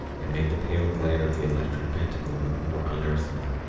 and made the pale glare of the electric pentacle look more unearthly.